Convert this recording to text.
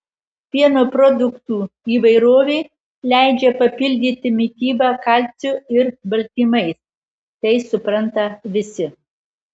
pieno produktų įvairovė leidžia papildyti mitybą kalciu ir baltymais tai supranta visi